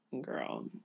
Girl